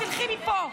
תלכי מפה.